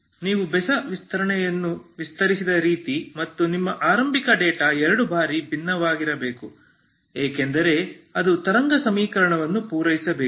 ನೀವು ಬೆಸ ವಿಸ್ತರಣೆಯನ್ನು ವಿಸ್ತರಿಸಿದ ರೀತಿ ಮತ್ತು ನಿಮ್ಮ ಆರಂಭಿಕ ಡೇಟಾ ಎರಡು ಬಾರಿ ಭಿನ್ನವಾಗಿರಬೇಕು ಏಕೆಂದರೆ ಅದು ತರಂಗ ಸಮೀಕರಣವನ್ನು ಪೂರೈಸಬೇಕು